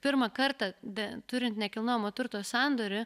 pirmą kartą be turint nekilnojamo turto sandorį